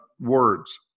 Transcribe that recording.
words